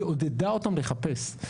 היא עודדה אותם לחפש,